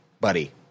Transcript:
buddy